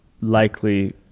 likely